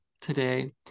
Today